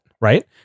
Right